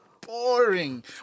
boring